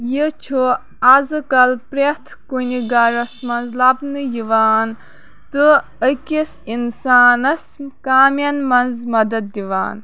یہِ چھُ آزکل پرٮ۪تھ کُنہِ گرس منٛز لَبنہٕ یِوان تہٕ أکِس اِنسانَس کامٮ۪ن منٛز مدد دِوان